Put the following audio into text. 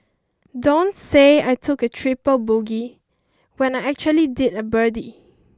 don't say I took a triple bogey when I actually did a birdie